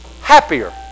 happier